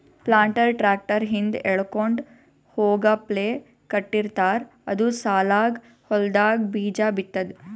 planter tractor ಹಿಂದ್ ಎಳ್ಕೊಂಡ್ ಹೋಗಪ್ಲೆ ಕಟ್ಟಿರ್ತಾರ್ ಅದು ಸಾಲಾಗ್ ಹೊಲ್ದಾಗ್ ಬೀಜಾ ಬಿತ್ತದ್